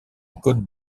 côte